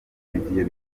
ivyo